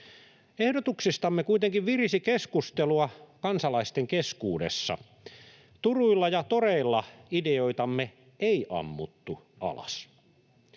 Ehdotuksistamme kuitenkin virisi keskustelua kansalaisten keskuudessa. Turuilla ja toreilla ideoitamme ei ammuttu alas.